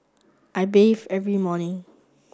I bathe every morning